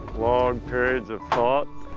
long periods of thought,